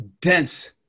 dense